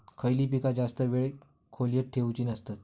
खयली पीका जास्त वेळ खोल्येत ठेवूचे नसतत?